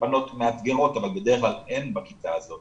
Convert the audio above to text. אבל בדרך כלל אין בכיתה הזאת